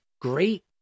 great